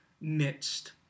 midst